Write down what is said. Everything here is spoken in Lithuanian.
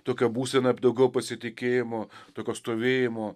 tokia būsena daugiau pasitikėjimo tokio stovėjimo